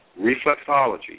reflexology